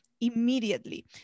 immediately